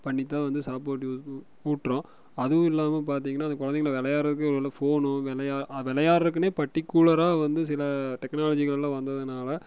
பண்ணித்தான் வந்து சாப்பாடு ஊ ஊட்டுறோம் அதுவும் இல்லாமல் பார்த்தீங்கன்னா அந்த கொழந்தைகள விளையாட்றக்கு ஒருவேளை ஃபோனோ விளையா விளையாட்றக்குன்னே பர்ட்டிகுலராக வந்து சில டெக்னாலஜிகளெல்லாம் வந்ததுனால்